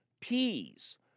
Peas